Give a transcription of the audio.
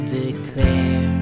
declare